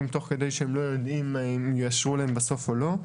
תוך כדי שהם לא יודעים אם בסוף יאשרו להם או לא.